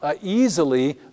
easily